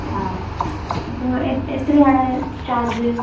ആഹ് അപ്പോൾ എത്രയാണ് ചാർജ്